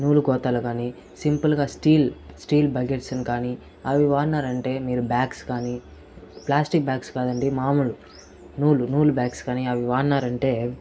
నూలు గోతాలు కానీ సింపుల్ గా స్టీల్ స్టీల్ బకెట్స్ ని కానీ అవి వాడినారు అంటే మీరు బ్యాగ్స్ కానీ ప్లాస్టిక్ బాగ్స్ కాదండి మామూలు నూలు నూలు బ్యాగ్స్ కానీ అవి వాడినారు అంటే